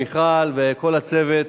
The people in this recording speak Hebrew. מיכל וכל הצוות,